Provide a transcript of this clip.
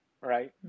right